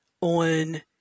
on